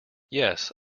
yes